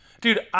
Dude